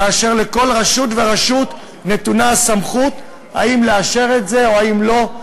לכל רשות ורשות נתונה הסמכות אם לאשר את זה או לא,